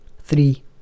Three